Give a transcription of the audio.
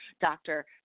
doctor